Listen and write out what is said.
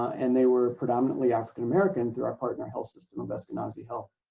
and they were predominantly african-american through our partner health system of eskenazi health